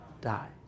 die